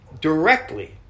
directly